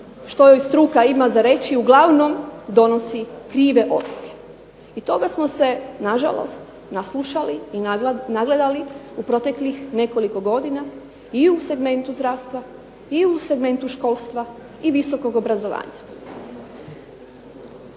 što joj struka ima za reći uglavnom donosi krive odluke i toga smo se na žalost naslušali i nagledali u proteklih nekoliko godina i u segmentu zdravstva i u segmentu školstva i visokog obrazovanja.